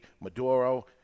Maduro